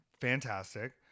fantastic